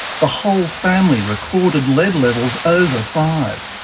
the whole family recorded lead levels over five.